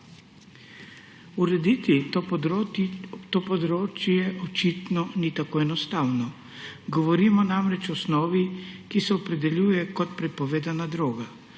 Urediti to področje očitno ni tako enostavno. Govorimo namreč o snovi, ki se opredeljuje kot prepovedana droga,